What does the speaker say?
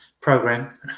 program